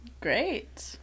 Great